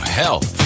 health